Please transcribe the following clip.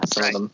right